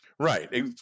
Right